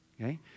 okay